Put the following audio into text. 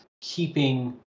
keeping